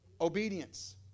obedience